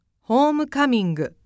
Homecoming